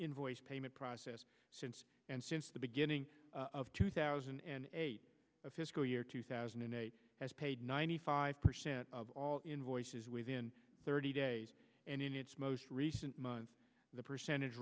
invoice payment process since and since the beginning of two thousand and eight fiscal year two thousand and eight has paid ninety five percent of all invoices within thirty days and in its most recent months the percentage